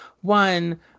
one